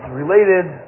related